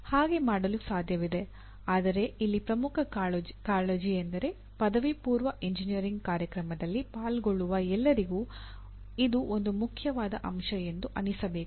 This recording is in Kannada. ಹಾಗೆ ಮಾಡಲು ಸಾಧ್ಯವಿದೆ ಆದರೆ ಇಲ್ಲಿ ಪ್ರಮುಖ ಕಾಳಜಿ ಎಂದರೆ ಪದವಿಪೂರ್ವ ಎಂಜಿನಿಯರಿಂಗ್ ಕಾರ್ಯಕ್ರಮದಲ್ಲಿ ಪಾಲ್ಗೊಳ್ಳುವ ಎಲ್ಲರಿಗೂ ಇದು ಒಂದು ಮುಖ್ಯವಾದ ಅಂಶ ಎಂದು ಅನಿಸಬೇಕು